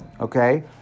okay